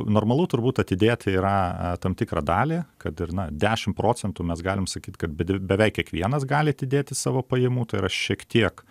normalu turbūt atidėti yra tam tikrą dalį kad ir na dešim procentų mes galim sakyt kad beveik kiekvienas gali atidėti savo pajamų tai yra šiek tiek